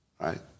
Right